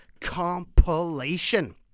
compilation